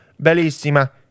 Bellissima